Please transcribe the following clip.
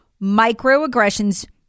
microaggressions